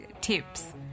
tips